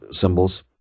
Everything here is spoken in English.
symbols